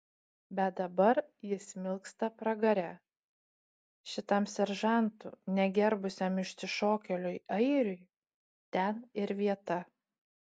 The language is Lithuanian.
bet dabar jis smilksta pragare šitam seržantų negerbusiam išsišokėliui airiui ten ir vieta